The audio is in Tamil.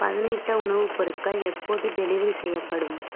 பதனிட்ட உணவுப் பொருட்கள் எப்போது டெலிவரி செய்யப்படும்